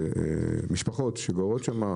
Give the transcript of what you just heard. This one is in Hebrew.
משפחות שגרות שם.